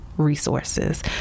resources